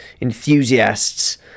enthusiasts